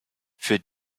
für